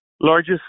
largest